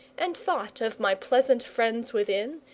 and thought of my pleasant friends within,